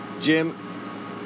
Jim